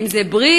אם זה "בריל",